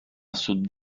sud